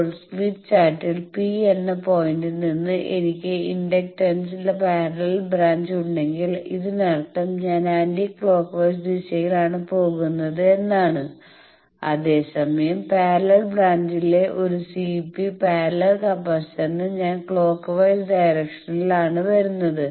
ഇപ്പോൾ സ്മിത്ത് ചാർട്ടിൽ P എന്ന പോയിന്റിൽ നിന്ന് എനിക്ക് ഇൻഡക്റ്റൻസിന്റെ പാരലൽ ബ്രാഞ്ച് ഉണ്ടെങ്കിൽ ഇതിനർത്ഥം ഞാൻ ആന്റി ക്ലോക്ക് വൈസ് ദിശയിലാണ് പോകുന്നത് എന്നാണ് അതേസമയം പാരലൽ ബ്രാഞ്ചിലെ ഒരു സിപി പാരലൽ കപ്പാസിറ്ററിന് ഞാൻ ക്ലോക്ക് വൈസ് ഡയറക്ഷനിൽ ആണ് വരുന്നത്